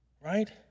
Right